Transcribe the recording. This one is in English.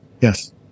Yes